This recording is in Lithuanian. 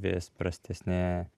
vis prastesnė